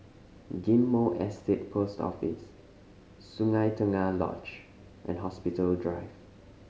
Ghim Moh Estate Post Office Sungei Tengah Lodge and Hospital Drive